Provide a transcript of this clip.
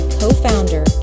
co-founder